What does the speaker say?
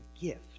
gift